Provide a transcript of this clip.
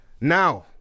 Now